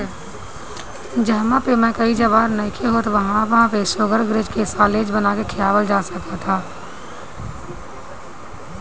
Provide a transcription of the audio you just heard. जहवा पे मकई ज्वार नइखे होत वहां पे शुगरग्रेज के साल्लेज बना के खियावल जा सकत ह